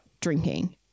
drinking